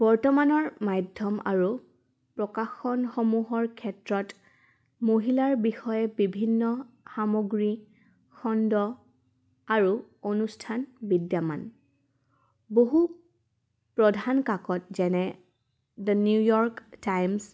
বৰ্তমানৰ মাধ্যম আৰু প্ৰকাশনসমূহৰ ক্ষেত্ৰত মহিলাৰ বিষয়ে বিভিন্ন সামগ্ৰী খণ্ড আৰু অনুষ্ঠান বিদ্যমান বহু প্ৰধান কাকত যেনে দ্য নিউয়ৰ্ক টাইমছ